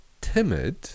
timid